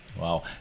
Wow